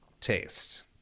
taste